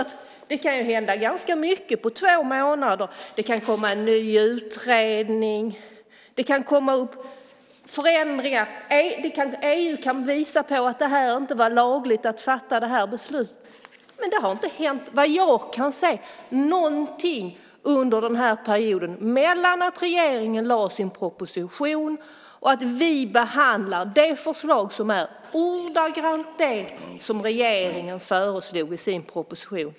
Det kan hända ganska mycket på två månader. Det kan komma en ny utredning. Det kan komma fram förändringar. EU kan visa att det inte var lagligt att fatta beslutet. Men det har, vad jag kan se, inte hänt någonting under denna perioden mellan det att regeringen lade fram sin proposition och att vi i dag i kammaren behandlar det förslag som är ordagrant det som regeringen föreslog i sin proposition.